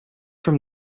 from